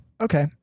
Okay